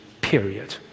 period